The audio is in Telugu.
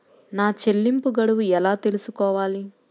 నా చెల్లింపు గడువు ఎలా తెలుసుకోవాలి?